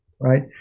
right